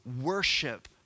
worship